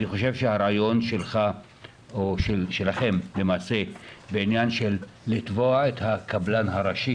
אני מקבל את הרעיון שלכם בעניין תביעה של הקבלן הראשי